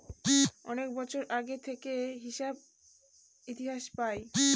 অনেক বছর আগে থেকে হিসাব ইতিহাস পায়